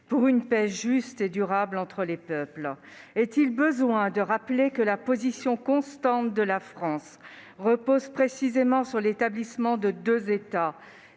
pour une paix juste et durable entre les deux peuples ». Est-il besoin de rappeler que la position constante de la France repose précisément sur l'établissement de deux États